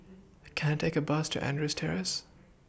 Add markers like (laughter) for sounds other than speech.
(noise) Can I Take A Bus to Andrews Terrace (noise)